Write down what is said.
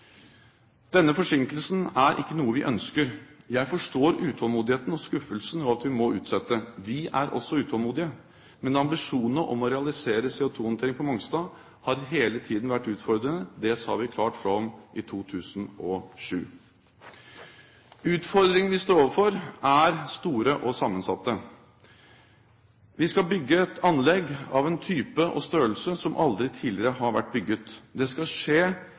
Denne forsinkelsen er ikke noe vi ønsker. Jeg forstår utålmodigheten og skuffelsen over at vi må utsette. Vi er også utålmodige. Men ambisjonene om å realisere CO2-håndtering på Mongstad har hele tiden vært utfordrende. Det sa vi klart fra om i 2007. Utfordringene vi står overfor, er store og sammensatte. Vi skal bygge et anlegg av en type og en størrelse som aldri tidligere har vært bygget. Det skal skje